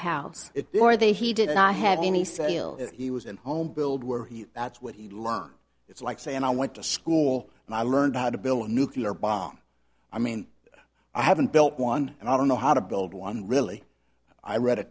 house or they he did not have any sale he was in home build where he that's what he learned it's like saying i went to school and i learned how to build a nuclear bomb i mean i haven't built one and i don't know how to build one really i read a